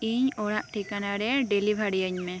ᱤᱧ ᱚᱲᱟᱜ ᱴᱷᱤᱠᱟᱹᱱᱟ ᱨᱮ ᱰᱮᱞᱤᱵᱷᱟᱨᱤᱭᱟᱹᱧ ᱢᱮ